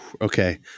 Okay